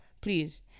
please